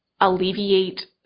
alleviate